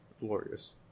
Glorious